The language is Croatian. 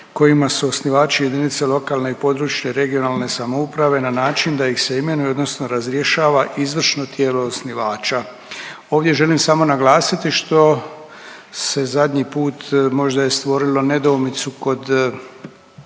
kojima su osnivači jedinice lokalne i područne (regionalne) samouprave na način da ih se imenuje odnosno razrješava izvršno tijelo osnivača. Ovdje želim samo naglasiti što se zadnji put možda je stvorilo nedoumicu kod